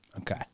Okay